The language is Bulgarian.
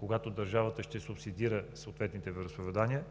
когато държавата ще субсидира съответните вероизповедания,